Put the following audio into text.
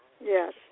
yes